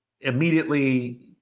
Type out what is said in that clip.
immediately